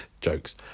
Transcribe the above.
Jokes